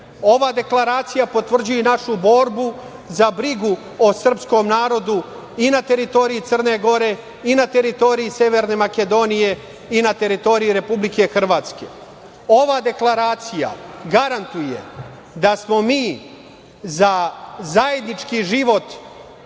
deklaracija potvrđuje i našu borbu za brigu o srpskom narodu i na teritoriji Crne Gore i na teritoriji Severne Makedonije i na teritoriji Republike Hrvatske. Ova deklaracija garantuje da smo mi za zajednički život,